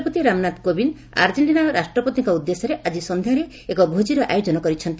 ରାଷ୍ଟ୍ରପତି ରାମନାଥ କୋବିନ୍ଦ' ଆର୍ଜେଣ୍ଟିନା ରାଷ୍ଟ୍ରପତିଙ୍କ ନିର୍ଦ୍ଦେଶରେ ଆଜି ସନ୍ଧ୍ୟାରେ ଏକ ଭୋଟିର ଆୟୋଜନ କରିଛନ୍ତି